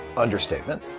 understatement.